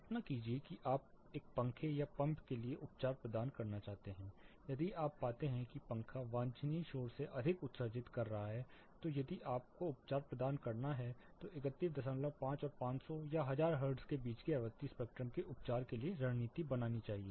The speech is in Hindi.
कल्पना कीजिए कि आप एक पंखे या पंप के लिए उपचार प्रदान करना चाहते हैं यदि आप पाते हैं कि पंखा वांछनीय शोर से अधिक उत्सर्जित कर रहा है तो यदि आपको उपचार प्रदान करना है तो 315 और 500 या 1000 हर्ट्ज़ के बीच की आवृत्ति स्पेक्ट्रम के उपचार के लिए रणनीति बनानी चाहिए